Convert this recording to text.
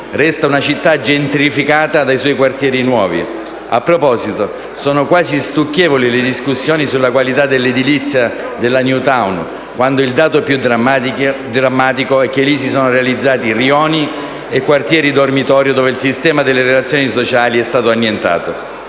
resta una città gentrificata dai suoi quartieri nuovi. A proposito, sono quasi stucchevoli le discussioni sulla qualità dell'edilizia della *new town*, quando invece il dato più drammatico è che lì si sono realizzati rioni e quartieri dormitorio, dove il sistema delle relazioni sociali è stato annientato.